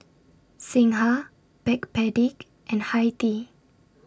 Singha Backpedic and Hi Tea